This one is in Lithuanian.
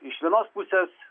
iš vienos pusės